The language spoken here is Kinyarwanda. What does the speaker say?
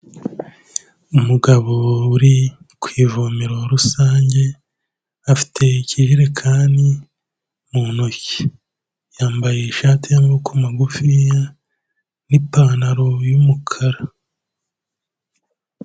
Umugabo uri ku ivomero rusange, afite ikirekani mu ntoki, yambaye ishati y'amaboko magufiya n'ipantaro y'umukara.